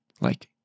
Like-